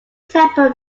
temper